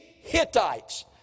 Hittites